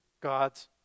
God's